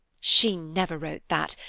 she never wrote that!